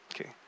Okay